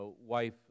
wife